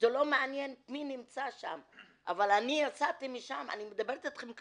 אבל אני יצאתי משם במצב...